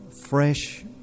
fresh